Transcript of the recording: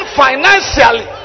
financially